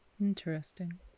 Interesting